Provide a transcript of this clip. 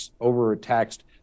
overtaxed